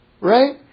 Right